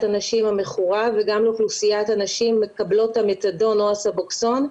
הנשים המכורה וגם לאוכלוסיית הנשים מקבלות המתדון או הסבוקסון,